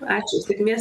ačiū sėkmės